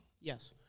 Yes